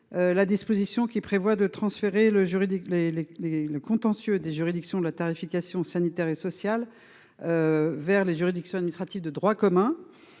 La disposition qui prévoit de transférer le juridique les les les le contentieux des juridictions de la tarification sanitaire et sociale. Vers les juridictions administratives de droit commun.